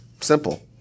Simple